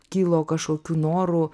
kilo kažkokių norų